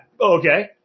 Okay